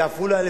בעפולה,